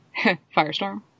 firestorm